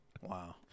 Wow